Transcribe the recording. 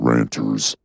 Ranters